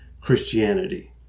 Christianity